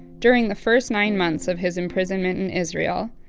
during the first nine months of his imprisonment in israel,